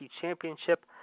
Championship